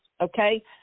okay